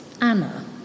Anna